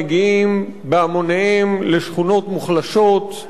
מגיעים בהמוניהם לשכונות מוחלשות,